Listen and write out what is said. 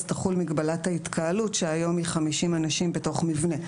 תחול מגבלת ההתקהלות שהיום היא 50 אנשים בתוך מבנה,